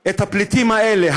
את הפליטים האלה?